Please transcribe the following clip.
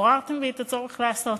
עוררתם בי את הצורך לעשות.